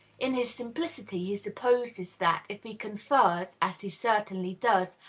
in his simplicity, he supposes that, if he confers, as he certainly does,